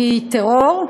מטרור,